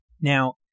Now